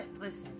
Listen